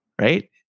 right